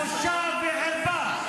בושה וחרפה.